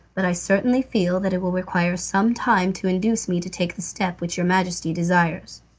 but i certainly feel that it will require some time to induce me to take the step which your majesty desires.